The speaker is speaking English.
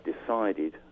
decided